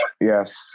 Yes